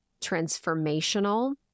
transformational